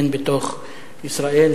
הן בתוך ישראל,